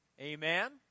Amen